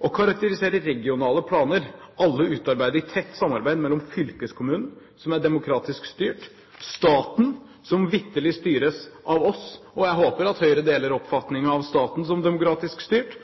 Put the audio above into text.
Å karakterisere regionale planer – alle utarbeidet i tett samarbeid mellom fylkeskommunen, som er demokratisk styrt, staten, som vitterlig styres av oss, jeg håper Høyre deler oppfatningen om at staten er demokratisk styrt,